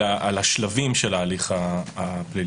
אלא על השלבים של ההליך הפלילי.